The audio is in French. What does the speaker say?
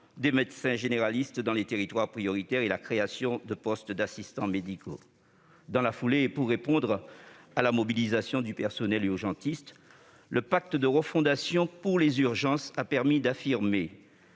de médecins généralistes dans les territoires prioritaires et la création de postes d'assistants médicaux. Dans la foulée, et pour répondre à la mobilisation du personnel urgentiste, le pacte de refondation des urgences a permis d'affirmer